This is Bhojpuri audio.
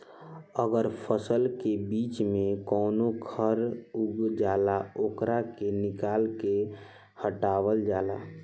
अगर फसल के बीच में कवनो खर उग जाला ओकरा के निकाल के हटावल जाला